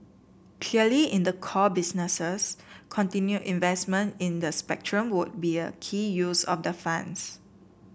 clearly in the core businesses continue investment in spectrum would be a key use of the funds